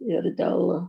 ir dėl